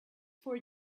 for